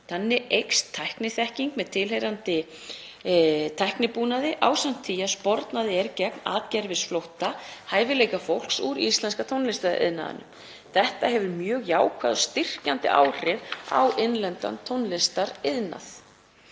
Þannig eykst tækniþekking með tilheyrandi tæknibúnaði ásamt því að spornað er gegn atgervisflótta hæfileikafólks úr íslenska tónlistariðnaðinum. Þetta hefur mjög jákvæð og styrkjandi áhrif á innlendan tónlistariðnað.